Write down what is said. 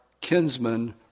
kinsman